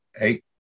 eight